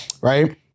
right